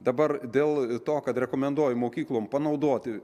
dabar dėl to kad rekomenduoju mokyklom panaudoti